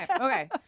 okay